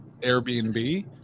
Airbnb